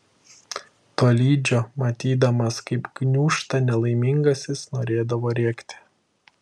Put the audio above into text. tolydžio matydamas kaip gniūžta nelaimingasis norėdavo rėkti